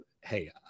hey